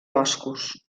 boscos